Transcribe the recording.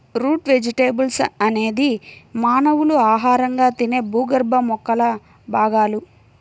route vegetables అనేది మానవులు ఆహారంగా తినే భూగర్భ మొక్కల భాగాలు